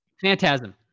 Phantasm